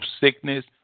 sickness